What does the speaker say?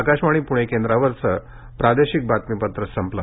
आकाशवाणी पुर्णे केंद्रावरचं प्रादेशिक बातमीपत्र संपलं